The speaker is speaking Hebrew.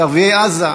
לערביי עזה.